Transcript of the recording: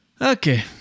Okay